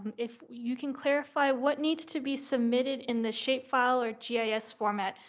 and if you can clarify what needs to be submitted in the shape file or yeah yeah gis format?